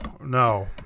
no